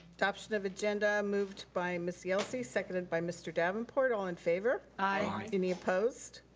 adoption of agenda, moved by miss yelsey, seconded by mr. davenport. all in favor? aye. any opposed?